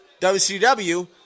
WCW